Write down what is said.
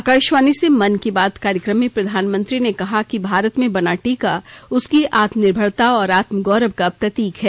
आकाशवाणी से मन की बात कार्यक्रम में प्रधानमंत्री ने कहा कि भारत में बना टीका उसकी आत्म निर्भरता और आत्म गौरव का प्रतीक है